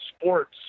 sports